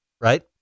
right